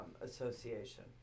association